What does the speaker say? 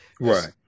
right